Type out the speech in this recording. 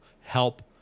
help